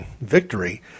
victory